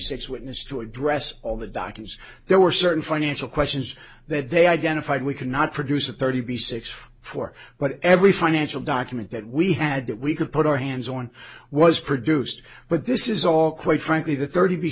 six witnesses to address all the doctors there were certain financial questions that they identified we cannot produce a thirty b sixty four but every financial document that we had that we could put our hands on was produced but this is all quite frankly the thirty